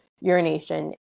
urination